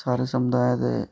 सारे समुदाय दे